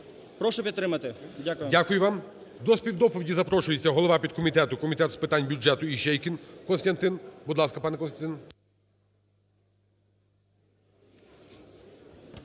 Прошу підтримати. Дякую. ГОЛОВУЮЧИЙ. Дякую вам. До співдоповіді запрошується голова підкомітету Комітету з питань бюджету Іщейкін Костянтин. Будь ласка, пане Костянтин.